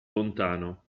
lontano